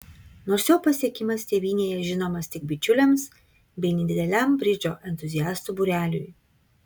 nors jo pasiekimas tėvynėje žinomas tik bičiuliams bei nedideliam bridžo entuziastų būreliui